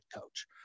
coach